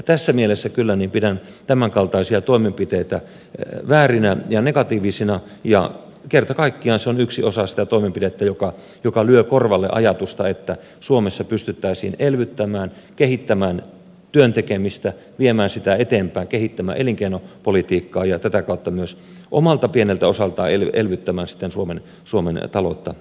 tässä mielessä pidän kyllä tämänkaltaisia toimenpiteitä väärinä ja negatiivisina ja kerta kaikkiaan se on yksi osa sitä toimenpidettä joka lyö korvalle sitä ajatusta että suomessa pysyttäisiin elvyttämään kehittämään työn tekemistä viemään sitä eteenpäin kehittämään elinkeinopolitiikkaa ja tätä kautta myös omalta pieneltä osaltaan elvyttämään suomen taloutta eteenpäin